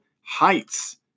Heights